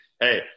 Hey